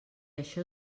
això